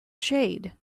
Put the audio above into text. shade